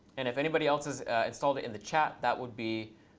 and if anybody else has installed it in the chat, that would be